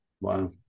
Wow